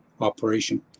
operation